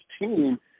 team